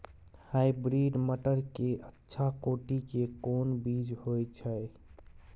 Hybrid मटर के अच्छा कोटि के कोन बीज होय छै?